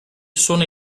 sono